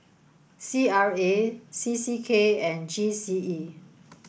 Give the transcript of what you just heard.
C R A C C K and G C E